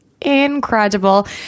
incredible